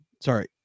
sorry